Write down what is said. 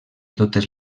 totes